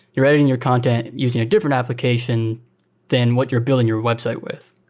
you're editing your content using a different application than what you're building your website with.